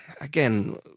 again